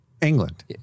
England